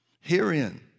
Herein